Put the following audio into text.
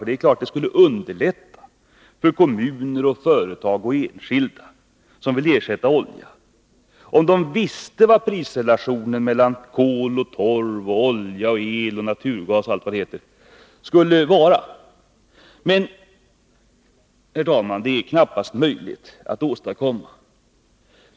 Det är klart att det skulle underlätta för kommuner, företag och enskilda, som vill ersätta olja, om de kände till de långsiktiga prisrelationerna mellan kol, torv, olja, el och naturgas. Men, herr talman, det är knappast möjligt att åstadkomma detta.